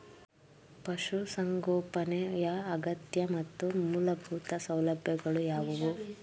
ಪಶುಸಂಗೋಪನೆಯ ಅಗತ್ಯ ಮತ್ತು ಮೂಲಭೂತ ಸೌಲಭ್ಯಗಳು ಯಾವುವು?